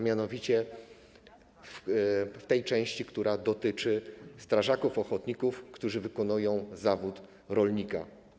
Mianowicie chodzi o tę część, która dotyczy strażaków ochotników, którzy wykonują zawód rolnika.